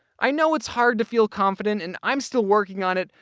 i know it's hard to feel confident, and i'm still working on it,